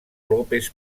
lópez